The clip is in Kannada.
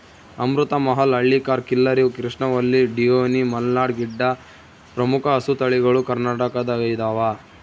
ಅಮೃತ ಮಹಲ್ ಹಳ್ಳಿಕಾರ್ ಖಿಲ್ಲರಿ ಕೃಷ್ಣವಲ್ಲಿ ಡಿಯೋನಿ ಮಲ್ನಾಡ್ ಗಿಡ್ಡ ಪ್ರಮುಖ ಹಸುತಳಿಗಳು ಕರ್ನಾಟಕದಗೈದವ